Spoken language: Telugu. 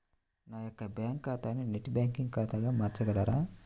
నా యొక్క బ్యాంకు ఖాతాని నెట్ బ్యాంకింగ్ ఖాతాగా మార్చగలరా?